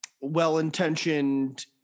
well-intentioned